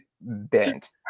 bent